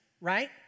right